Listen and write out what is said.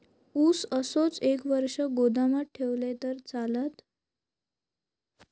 ऊस असोच एक वर्ष गोदामात ठेवलंय तर चालात?